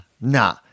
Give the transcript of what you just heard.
nah